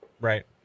right